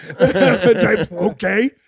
okay